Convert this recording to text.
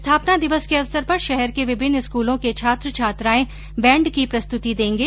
स्थापना दिवस के अवसर पर शहर के विभिन्न स्कूलों के छात्र छात्रायें बैण्ड की प्रस्तुति देंगे